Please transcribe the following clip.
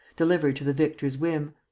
delivered to the victor's whim.